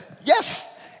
yes